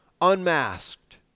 unmasked